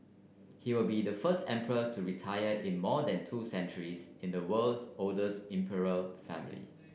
he will be the first emperor to retire in more than two centuries in the world's oldest imperial family